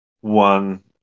one